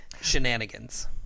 shenanigans